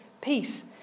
peace